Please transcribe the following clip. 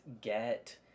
get